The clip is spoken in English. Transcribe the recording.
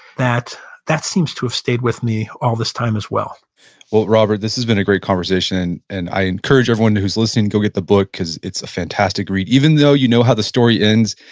that that seems to have stayed with me all this time as well well, robert, this has been a great conversation. and i encourage everyone who's listening to go get the book because it's a fantastic read. even though you know how the story ends,